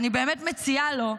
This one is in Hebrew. אני באמת מציעה לו,